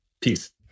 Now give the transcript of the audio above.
Peace